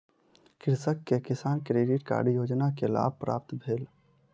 कृषक के किसान क्रेडिट कार्ड योजना के लाभ प्राप्त भेल